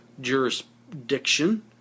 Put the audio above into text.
jurisdiction